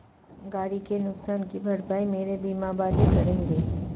गाड़ी के नुकसान की भरपाई मेरे बीमा वाले करेंगे